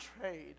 trade